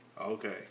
Okay